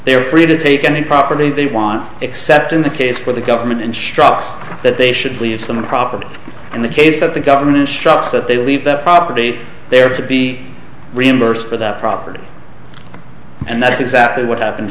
they are free to take any property they want except in the case where the government and shocks that they should leave some property in the case of the government in shops that they leave that property there to be reimbursed for that property and that's exactly what happen